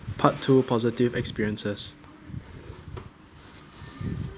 part two positive experiences